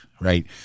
Right